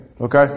Okay